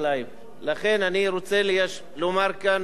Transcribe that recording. לכן אני רוצה לומר כאן, ברשותכם,